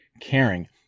Caring